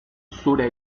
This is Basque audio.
zure